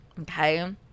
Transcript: okay